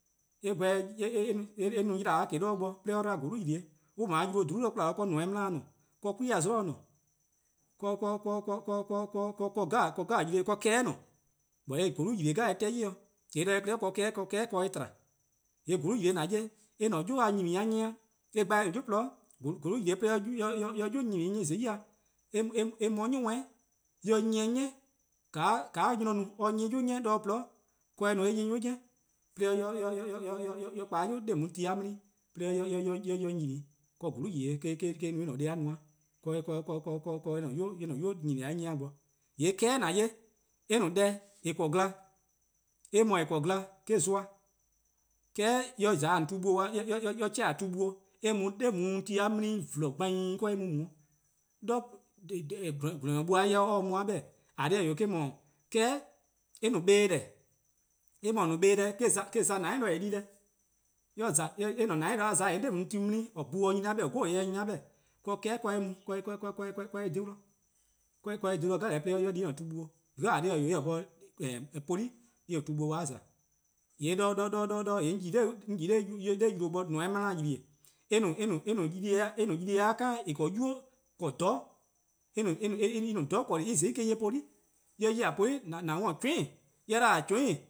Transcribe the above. Eh gweh an po 'de :yla ya 'de or bo 'de or 'dba :bolu'-ylee. On 'ble :ylee 'dhulu' 'de 'kwla, 'de nobo-yor-eh mla-ken :ne, 'de 'kwia-zlor' :ne, 'de 'kehbeh' :ne, jorwor :bolu'-ylee: 'teh-' 'yli. 'De 'kehbeh' tba, :yee' :bolu'-ylee: :an 'ye-a eh-: 'yu 'nyene 'nyi-eh, eh gba eh-a' 'yu :gwlii', :mor ::bholu-ylee 'ye eh-: 'yu 'nyene 'nyi :zai' eh mu 'de 'ni worn 'i, 'de eh 'nyi-eh 'ni, :ka 'nynor-a no-a 'de or 'nyi-a 'yu 'ne 'de or :gwlii', ka eh no eh 'nyi 'yu 'ni. 'De eh kpa 'de 'yi 'de ti+-a 'mla+ 'i 'de eh 'nyi or nyene. :ka :bholu'-:ylee: ka eh no eh-: deh+-a no-a. 'do eh-: 'yu-a nyene 'nyi-eh bo. :yee' 'kehbeh' :an 'ye-a eh no deh :eh :korn-gla, eh :mor :eh :korn-a gla eh-: zlor, 'kehkbe' :mor eh kpan tu-buo' eh mu 'de na 'o tu-a 'mla+ 'i :vla gbani' 'de eh mu mu-' 'de :dha. :gwlor-nyor-duo'-a 'jeh or se-a mu-a 'beh-dih, :eh :korn dhih :eh 'wee' 'kehbeh eh no 'kpa-deh, eh :mor no-a 'kpa-deh eh-: za :dou'+ de :eh 'di deh. eh-: :dou'+ de :za-eh :yee' 'de tu-a 'mla+ bhu se-a nyna-a 'beh-dih: 'gormu: se-a nyni-a beh-dih 'de 'kehbeh'-a eh mu eh dhe-dih, 'de eh dhe-dih deh 'jeh 'de eh di eh-: tu-buo', :eh :korn dhih-eh 'wee', because eh :se 'bhorn poli' :ne-' eh-: 'tu-buo' eh 'kwa :za. :yee' 'on yi nor :ylee:+ bo :nobo-yor-eh 'mla-ken-:ylee:, eh no :ylee:-a kind eh :korn 'nynuu' :norn-a :dhororn'. en-: :dhororn' :korn dhih eh :zai' 'ye poli', :mor en 'ye poli, :an 'worn 'veen, :mor :on 'worn 'veen,